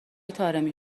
طارمی